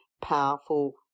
powerful